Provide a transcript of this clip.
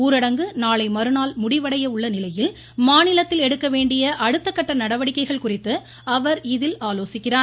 ஊரடங்கு நாளை மறுநாள் முடிவடைய உள்ள நிலையில் மாநிலத்தில் எடுக்க வேண்டிய அடுத்த கட்ட நடவடிக்கைகள் குறித்து அவர் இதில் ஆலோசிக்கிறார்